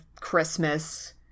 Christmas